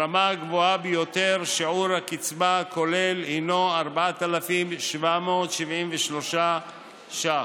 ברמה הגבוהה ביותר שיעור הקצבה הכולל הינו 4,773 שקלים.